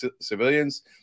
civilians